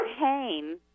pain